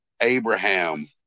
Abraham